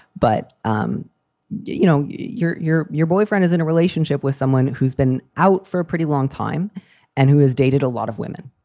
but, um you know, you're your your boyfriend is in a relationship with someone who's been out for a pretty long time and who has dated a lot of women.